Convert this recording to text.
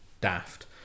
daft